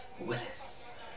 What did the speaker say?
Willis